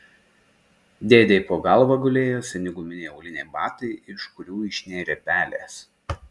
dėdei po galva gulėjo seni guminiai auliniai batai iš kurių išnėrė pelės